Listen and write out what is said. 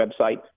website